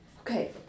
okay